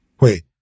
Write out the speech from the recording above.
Wait